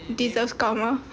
deserves karma